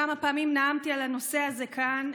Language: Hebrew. כמה פעמים נאמתי על הנושא הזה כאן,